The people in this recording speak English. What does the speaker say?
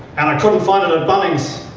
and i couldn't find it at bunnings.